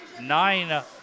nine